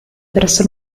presso